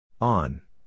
On